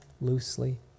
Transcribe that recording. loosely